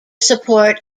support